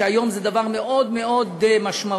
שהיום זה דבר מאוד מאוד משמעותי.